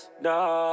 No